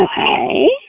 Okay